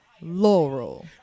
Laurel